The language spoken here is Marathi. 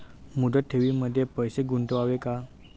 मुदत ठेवींमध्ये पैसे गुंतवावे का?